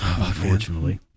unfortunately